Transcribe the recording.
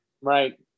Right